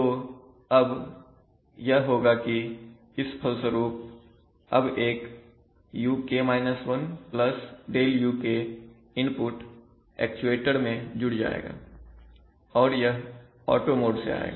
तो अब यह होगा कि इस फलस्वरूप अब एक UK 1 ΔUK इनपुट एक्चुएटर में जुड़ जाएगा और यह ऑटो मोड से आएगा